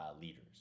leaders